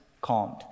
calmed